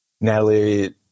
Natalie